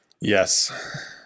Yes